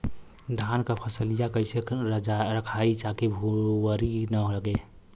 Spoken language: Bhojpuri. धान क फसलिया कईसे रखाई ताकि भुवरी न लगे?